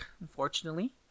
unfortunately